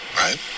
right